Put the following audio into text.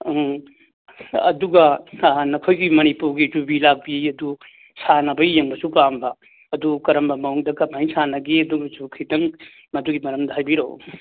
ꯑꯪ ꯑꯗꯨꯒ ꯅꯍꯥꯟ ꯅꯈꯣꯏꯒꯤ ꯃꯅꯤꯄꯨꯔꯒꯤ ꯌꯨꯕꯤ ꯂꯥꯛꯄꯤ ꯑꯗꯨ ꯁꯥꯟꯅꯕ ꯌꯦꯡꯕꯁꯨ ꯄꯥꯝꯕ ꯑꯗꯨ ꯀꯔꯝꯕ ꯃꯑꯣꯡꯗ ꯀꯃꯥꯏꯅ ꯁꯥꯟꯅꯒꯦ ꯑꯗꯨꯕꯨꯁꯨ ꯈꯤꯇꯪ ꯃꯗꯨꯒꯤ ꯃꯔꯝꯗ ꯍꯥꯏꯕꯤꯔꯛꯎ